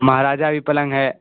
مہاراجہ بھی پلنگ ہے